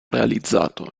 realizzato